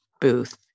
Booth